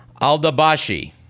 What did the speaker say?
Aldabashi